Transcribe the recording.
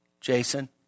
Jason